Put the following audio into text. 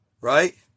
right